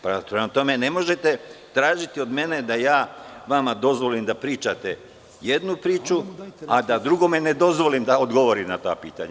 Prema tome, ne možete tražiti od mene da vama dozvolim da pričate jednu priču, a da drugome ne dozvolim da odgovorim na ta pitanja.